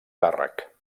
càrrec